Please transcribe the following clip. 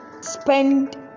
spend